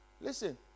Listen